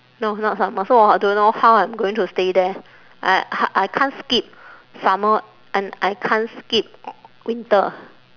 no not summer so hot don't know how I'm going to stay there I I can't skip summer and I can't skip winter